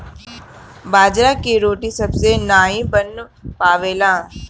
बाजरा के रोटी सबसे नाई बन पावेला